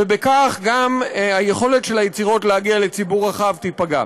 וכך גם היכולת של היצירות להגיע לציבור רחב תיפגע.